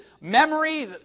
memory